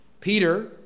Peter